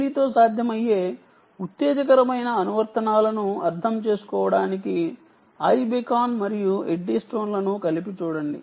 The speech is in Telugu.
BLE తో సాధ్యమయ్యే ఉత్తేజకరమైన అనువర్తనాలను అర్థం చేసుకోవడానికి ఐబెకాన్ మరియు ఎడ్డీస్టోన్లను కలిపి చూడండి